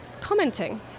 commenting